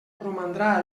romandrà